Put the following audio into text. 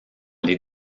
les